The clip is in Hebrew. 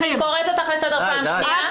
אני קוראת אותך לסדר פעם שנייה.